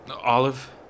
Olive